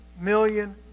million